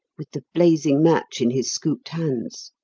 with the blazing match in his scooped hands.